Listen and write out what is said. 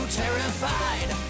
terrified